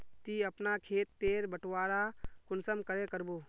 ती अपना खेत तेर बटवारा कुंसम करे करबो?